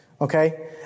okay